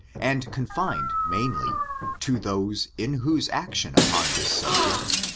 and confined mainly to those in whose action upon this subject,